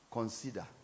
Consider